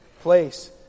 place